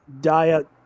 diet